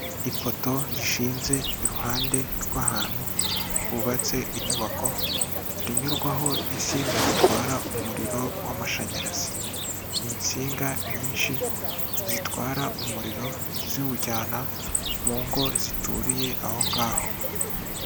Ipoto rishinze iruhande rw'ahantu hubatse inyubako, rinyurwaho n'insinga zitwara umuriro w'amashanyarazi. Ni insinga nyinshi zitwara umuriro ziwujyana mu ngo zituriye aho ngaho.